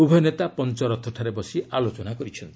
ଉଭୟ ନେତା ପଞ୍ଚରଥଠାରେ ବସି ଆଲୋଚନା କରିଚ୍ଛନ୍ତି